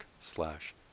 slash